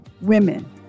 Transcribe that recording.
women